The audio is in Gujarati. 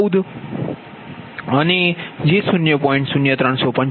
14 અને j 0